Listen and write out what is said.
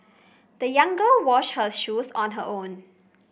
the young girl washed her shoes on her own